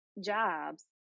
jobs